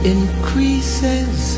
Increases